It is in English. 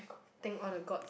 thank all the Gods